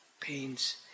pains